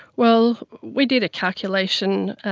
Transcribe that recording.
well, we did a calculation